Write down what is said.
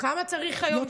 כמה שיעורים צריך היום?